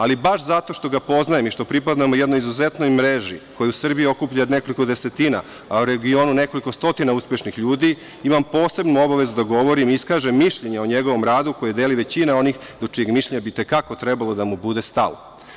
Ali, baš zato što ga poznajem i što pripadamo jednoj izuzetnoj mreži koju Srbija okuplja nekoliko desetina, a u regionu nekoliko stotina uspešnih ljudi, imam posebnu obavezu da govorim i iskažem mišljenje o njegovom radu koje deli većina onih do čijeg mišljenja bi i te kako trebalo da mu bude stalo.